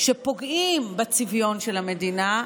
שפוגעים בצביון של המדינה.